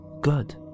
good